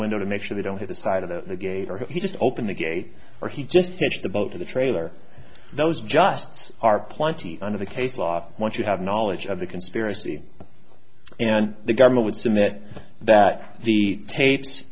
window to make sure they don't hit the side of the gate or he just opened the gate or he just finished the boat to the trailer those justs are plenty under the case law once you have knowledge of the conspiracy and the government would submit that the tapes